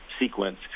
sequence